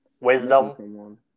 Wisdom